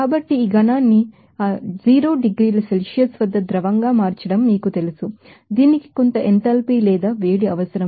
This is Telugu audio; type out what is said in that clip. కాబట్టి ఈ ఘనాన్ని ఆ 0 డిగ్రీల సెల్సియస్ వద్ద ద్రవంగా మార్చడం దీనికి కొంత ఎంథాల్పీ లేదా వేడి అవసరం